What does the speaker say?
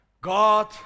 god